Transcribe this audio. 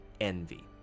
envy